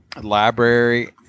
library